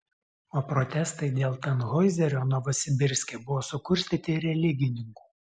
o protestai dėl tanhoizerio novosibirske buvo sukurstyti religininkų